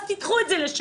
אז תדחו את זה בשנה,